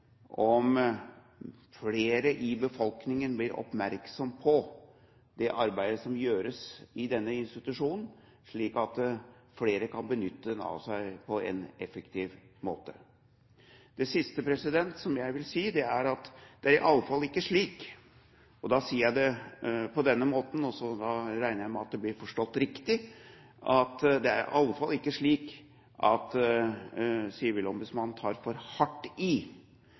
arbeidet som gjøres i denne institusjonen, slik at flere kan benytte seg av den på en effektiv måte. Det siste jeg vil si – og når jeg sier det på denne måten, regner jeg med at det blir forstått riktig – er at det i alle fall ikke er slik at sivilombudsmannen tar for hardt i.